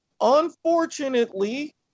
unfortunately